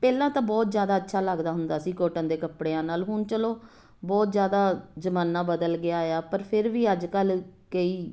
ਪਹਿਲਾਂ ਤਾਂ ਬਹੁਤ ਜ਼ਿਆਦਾ ਅੱਛਾ ਲੱਗਦਾ ਹੁੰਦਾ ਸੀ ਕੋਟਨ ਦੇ ਕੱਪੜਿਆਂ ਨਾਲ ਹੁਣ ਚਲੋ ਬਹੁਤ ਜ਼ਿਆਦਾ ਜਮਾਨਾ ਬਦਲ ਗਿਆ ਆ ਪਰ ਫਿਰ ਵੀ ਅੱਜ ਕੱਲ੍ਹ ਕਈ